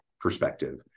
perspective